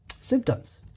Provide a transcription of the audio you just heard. symptoms